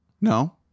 No